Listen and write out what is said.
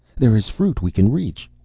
there is fruit we can reach.